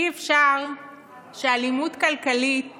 אי-אפשר שאלימות כלכלית